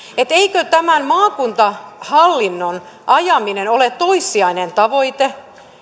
että eikö tämän maakuntahallinnon ajaminen ole toissijainen tavoite